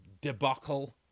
debacle